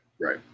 Right